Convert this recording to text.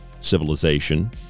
civilization